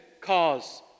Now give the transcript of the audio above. cause